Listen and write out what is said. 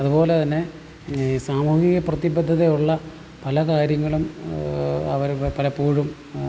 അതുപോലെ തന്നെ ഈ സാമൂഹ്യ പ്രതിബദ്ധത ഉള്ള പലകാര്യങ്ങളും അവർ പലപ്പോഴും